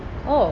oh